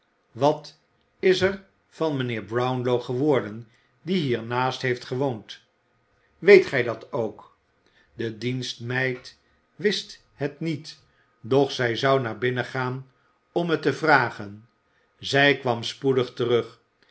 wat is er van mijnheer brownlow geworden die hiernaast heeft gewoond weet gij dat ook de dienstmeid wist het niet doch zij zou naar binnen gaan om het te vragen zij kwam spoedig terug